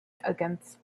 against